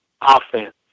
offense